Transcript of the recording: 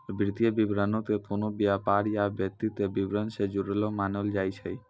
वित्तीय विवरणो के कोनो व्यापार या व्यक्ति के विबरण से जुड़लो मानलो जाय छै